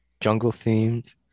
Jungle-themed